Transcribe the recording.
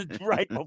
right